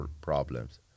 problems